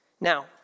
Now